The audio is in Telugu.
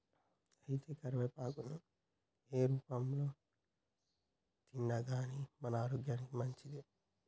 అయితే కరివేపాకులను ఏ రూపంలో తిన్నాగానీ మన ఆరోగ్యానికి మంచిదే